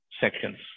sections